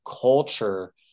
culture